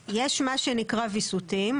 יש מה שנקרא ויסותים.